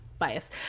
bias